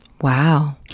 wow